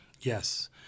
Yes